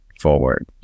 forward